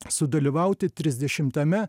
sudalyvauti trisdešimtame